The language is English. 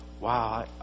wow